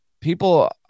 people